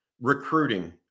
recruiting